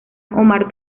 omar